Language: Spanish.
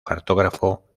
cartógrafo